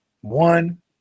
One